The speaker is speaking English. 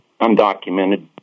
undocumented